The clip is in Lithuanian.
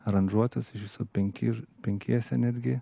aranžuotas iš viso penki ir penkiese netgi